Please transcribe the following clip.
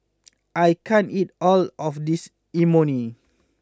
I can't eat all of this Imoni